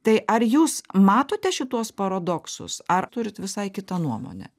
tai ar jūs matote šituos paradoksus ar turit visai kitą nuomonę